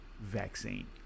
vaccine